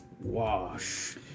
wash